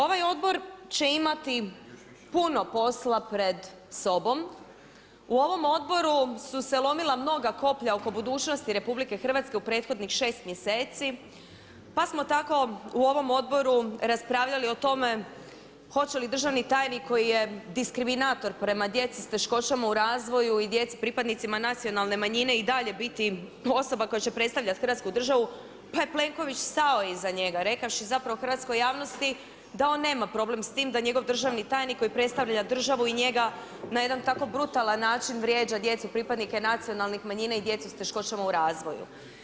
Ovaj odbor će imati puno posla pred sobom, u ovom odboru su se lomila mnoga koplja oko budućnosti RH u prethodnih 6 mjeseci, pa smo tako u ovom odboru raspravljali o tome hoće li državni tajnik koji je diskriminator prema djeci s teškoćama u razvoju i djeci pripadnicima nacionalne manjine i dalje biti osoba koja će predstavljati hrvatsku državu, pa je Plenković stao iza njega, rekavši zapravo hrvatskoj javnosti da on nema problem s tim da njegov državni tajnik koji predstavlja državu i njega na jedan brutalan način vrijeđa djecu, pripadnika nacionalnih manjina i djecu s teškoćama u razvoju.